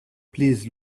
please